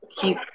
keep